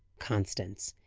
constance,